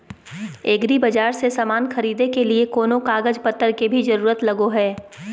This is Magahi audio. एग्रीबाजार से समान खरीदे के लिए कोनो कागज पतर के भी जरूरत लगो है?